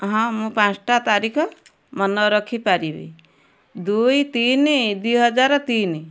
ହଁ ମୁଁ ପାଞ୍ଚ୍ ଟା ତାରିଖ ମନେ ରଖିପାରିବି ଦୁଇ ତିନି ଦୁଇ ହଜାର ତିନି